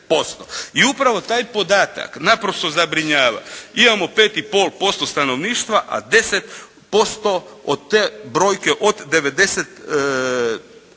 I upravo taj podatak naprosto zabrinjava. Imamo 5,5% stanovništva, a 10% od te brojke od 90 ovisnika